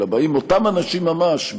אלא באים אותם אנשים ממש,